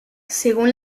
según